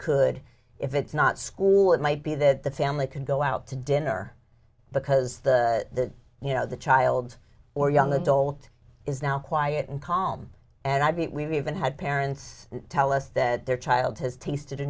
could if it's not school it might be that the family can go out to dinner because the you know the child or young adult is now quiet and calm and i mean we've even had parents tell us that their child has tasted a